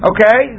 Okay